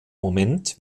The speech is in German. moment